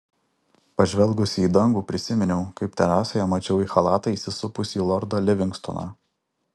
pažvelgusi į dangų prisiminiau kaip terasoje mačiau į chalatą įsisupusį lordą livingstoną